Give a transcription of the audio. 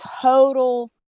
total